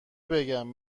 بگم